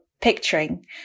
picturing